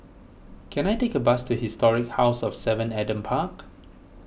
can I take a bus to Historic House of Seven Adam Park